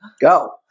go